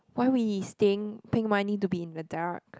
why we staying paying money to be in the dark